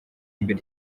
imbere